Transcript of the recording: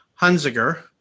Hunziger